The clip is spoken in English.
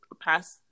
past